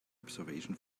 observation